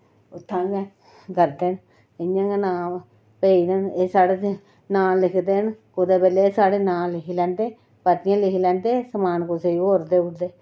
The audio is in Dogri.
उत्थूं गै करदे इ'यां गै नाम एह् साढ़े ताहीं नांऽ लिखदे न कुतै बेल्लै एह् साढ़े नांऽ लिखी लैंदे पर्चियै र लिखी लैंदे समान कुसै गी होर दिंदे